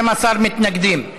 12 מתנגדים.